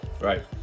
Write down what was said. Right